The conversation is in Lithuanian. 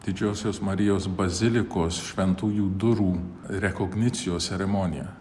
didžiosios marijos bazilikos šventųjų durų rekognicijos ceremonija